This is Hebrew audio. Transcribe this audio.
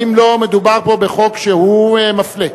אם לא מדובר פה בחוק שהוא מפלה.